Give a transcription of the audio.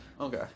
Okay